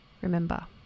Remember